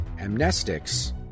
amnestics